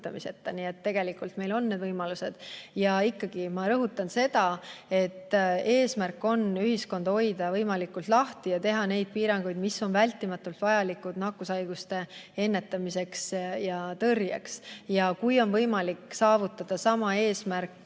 Nii et tegelikult meil on need võimalused. Ja ikkagi ma rõhutan seda, et eesmärk on hoida ühiskond võimalikult lahti ja kehtestada vaid neid piiranguid, mis on vältimatult vajalikud nakkushaiguse ennetamiseks ja tõrjeks. Kui on võimalik saavutada sama eesmärk